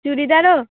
চুড়িদারও